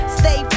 stay